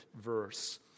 verse